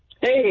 Hey